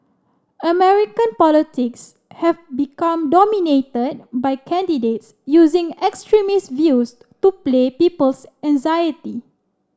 American politics have become dominated by candidates using extremist views to play people's anxiety